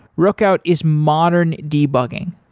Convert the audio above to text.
rookout is modern debugging.